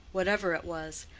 whatever it was,